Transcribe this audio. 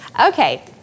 Okay